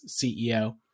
CEO